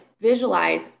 visualize